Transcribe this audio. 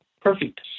Perfect